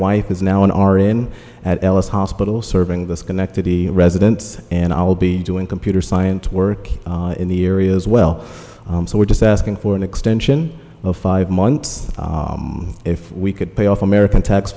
wife is now in our in at ellis hospital serving the schenectady residents and i'll be doing computer science work in the area as well so we're just asking for an extension of five months if we could pay off american tax